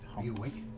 are you awake?